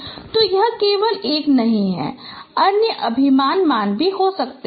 तो यह केवल 1 नहीं है अन्य अभिन्न मान भी हो सकते हैं